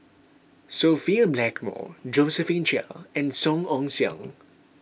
Sophia Blackmore Josephine Chia and Song Ong Siang